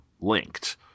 linked